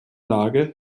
lage